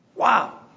Wow